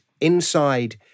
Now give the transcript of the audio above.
inside